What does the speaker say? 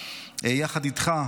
יחד איתך.